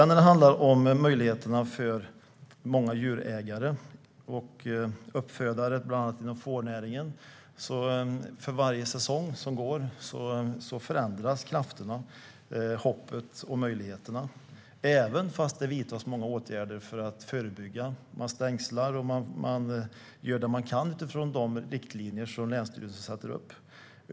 När det handlar om möjligheterna för många djurägare och uppfödare, bland annat inom fårnäringen, förändras krafterna, hoppet och möjligheterna för varje säsong som går även om man företar många åtgärder för att förebygga. Man stängslar och gör det man kan utifrån de riktlinjer som länsstyrelsen sätter upp.